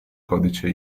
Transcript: codice